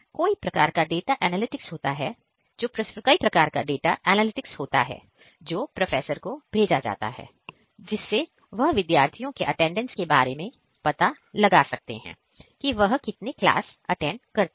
कोई प्रकार का डाटा एनालिटिक्स होता है जो प्रोफेसर को भेजा जाता है जिससे वह विद्यार्थियों के अटेंडेंस के बारे में पता लगा सकते हैं कि वह कितने क्लास अटेंड करता है